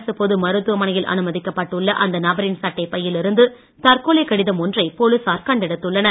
அரசுப் பொது மருத்துவமனையில் அனுமதிக்கப்பட்டு உள்ள அந்த நபரின் சட்டைப் பையில் இருந்து தற்கொலை கடிதம் ஒன்றை போலீசார் கண்டெடுத்துள்ளனர்